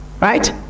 right